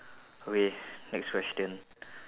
okay next question